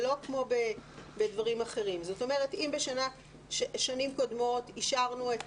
לא כמו בדברים אחרים בשנים קודמות אישרנו את